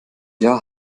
jahr